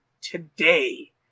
today